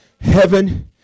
Heaven